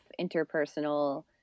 interpersonal